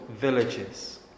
villages